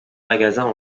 magasin